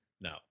no